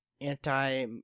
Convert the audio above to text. Anti